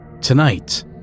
Tonight